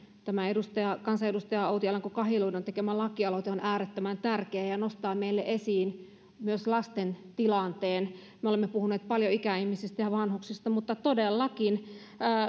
tämä kansanedustaja outi alanko kahiluodon tekemä lakialoite on äärettömän tärkeä ja ja nostaa meille esiin myös lasten tilanteen me olemme puhuneet paljon ikäihmisistä ja vanhuksista mutta todellakin